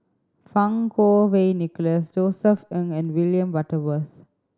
Fang Kuo Wei Nicholas Josef Ng and William Butterworth